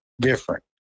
different